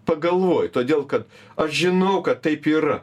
pagalvoji todėl kad aš žinau kad taip yra